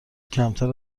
کمتر